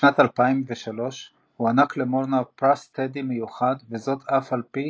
בשנת 2003 הוענק למורנאו פרס טדי מיוחד וזאת אף על פי